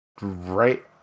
right